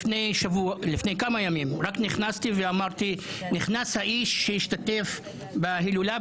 לפני כמה ימים רק נכנסתי ואמרת "נכנס האיש שהשתתף בהילולה".